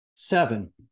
Seven